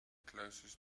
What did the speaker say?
closest